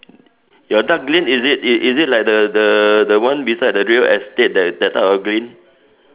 your dark green is it is it like the the the one beside the real estate that that type of green